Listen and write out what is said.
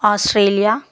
Australia